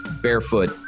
Barefoot